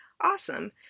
Awesome